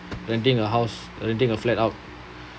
renting a house renting a flat out